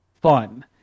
fun